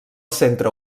centre